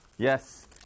Yes